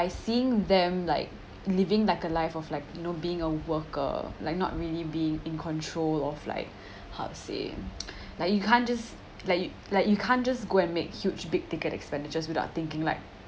seeing them like living that life of like you know being a worker like not really be in control of like how to say like you can't just like you like you can't just go and make huge big ticket expenditures without thinking like